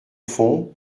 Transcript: fond